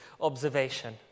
observation